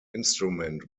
instrument